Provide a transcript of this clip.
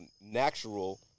natural